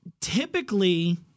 Typically